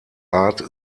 art